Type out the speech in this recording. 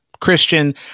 Christian